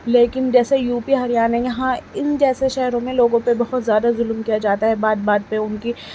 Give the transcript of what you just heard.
لیکن جیسے U P ہریانے یہاں ان جیسے شہروں میں لوگوں پہ بہت زیادہ ظلم کیا جاتا ہے بات بات پہ ان کی